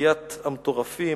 "ל'כנופיית המטורפים'"